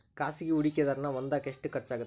ಖಾಸಗಿ ಹೂಡಕೆದಾರನ್ನ ಹೊಂದಾಕ ಎಷ್ಟ ಖರ್ಚಾಗತ್ತ